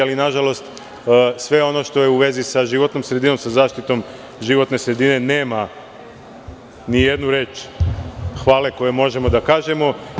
Ali, nažalost, sve ono što je u vezi sa životnom sredinom, sa zaštitom životne sredine, nema nijednu reč hvale koju možemo da kažemo.